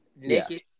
naked